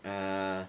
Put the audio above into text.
ah